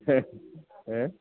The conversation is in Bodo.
हो हो